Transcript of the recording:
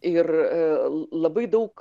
ir labai daug